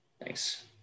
Thanks